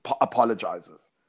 apologizes